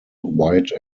wide